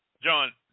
John